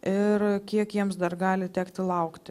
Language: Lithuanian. ir kiek jiems dar gali tekti laukti